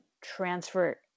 transfer